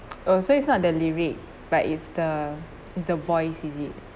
oh so it's not the lyric but it's the it's the voice is it